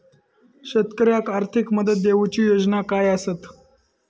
शेतकऱ्याक आर्थिक मदत देऊची योजना काय आसत?